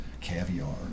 caviar